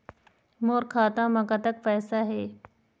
मोर खाता म कतक पैसा हे?